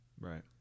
Right